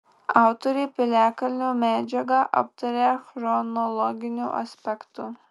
autorė piliakalnio medžiagą aptaria chronologiniu aspektu